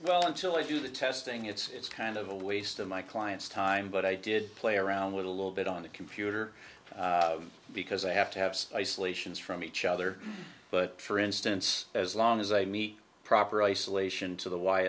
well until i do the testing it's kind of a waste of my client's time but i did play around with a little bit on the computer because i have to have isolations from each other but for instance as long as i meet proper isolation to the